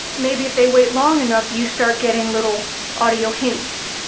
maybe if they wait long enough, you start getting little audio hints.